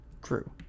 crew